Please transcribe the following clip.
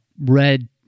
red